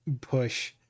push